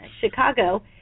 Chicago